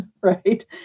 right